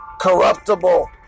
corruptible